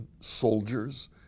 soldiers